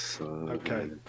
Okay